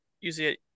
usually